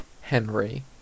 Henry